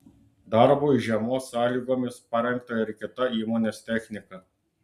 darbui žiemos sąlygomis parengta ir kita įmonės technika